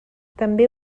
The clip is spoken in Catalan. també